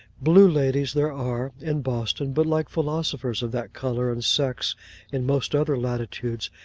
blue ladies there are, in boston but like philosophers of that colour and sex in most other latitudes,